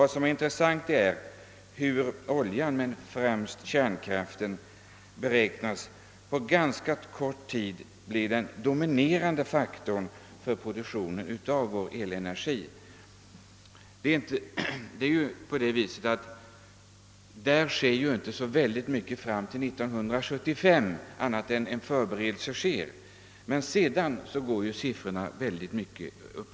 Det intressanta är hur oljan och främst kärnkraften beräknas på ganska kort tid bli dominerande för produktionen av vår elenergi. Det kommer inte att hända så särskilt mycket fram till år 1975. Denna tid kommer endast att vara ett förberedelseskede, men sedan kommer siffrorna att gå i höjden mycket snabbt.